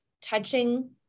touching